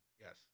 Yes